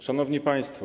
Szanowni Państwo!